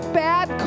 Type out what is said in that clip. bad